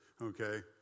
okay